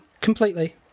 completely